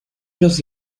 los